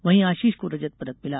वहीं आशीष को रजत पदक मिला